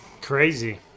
crazy